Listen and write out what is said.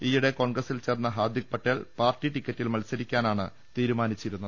ഈയിടെ കോൺഗ്രസിൽ ചേർന്ന ഹാർദ്ദിക് പട്ടേൽ പാർട്ടി ടിക്കറ്റിൽ മത്സരിക്കാനാണ് തീരുമാനി ച്ചിരുന്നത്